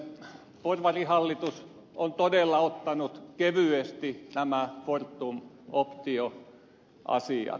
porvarihallitus on todella ottanut kevyesti nämä fortum optioasiat